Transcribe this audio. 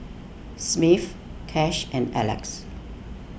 Smith Kash and Alexys